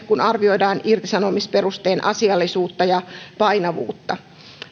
kun arvioidaan irtisanomisperusteen asiallisuutta ja painavuutta